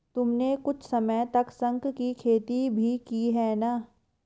तुमने कुछ समय तक शंख की खेती भी की है ना?